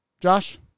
Josh